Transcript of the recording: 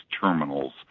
terminals